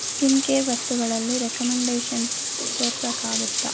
skin care ವಸ್ತುಗಳಲ್ಲಿ recommendations ತೋರ್ಸೋಕಾಗುತ್ತ